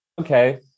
okay